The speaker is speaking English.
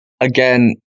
again